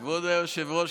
כבוד היושבת-ראש,